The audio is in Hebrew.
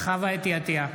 עטייה,